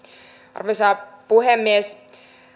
arvoisa puhemies